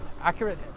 accurate